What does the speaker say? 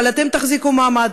אבל אתם תחזיקו מעמד,